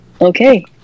Okay